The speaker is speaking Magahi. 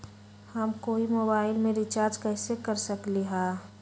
हम कोई मोबाईल में रिचार्ज कईसे कर सकली ह?